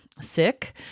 sick